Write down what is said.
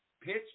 Pitch